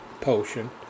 potion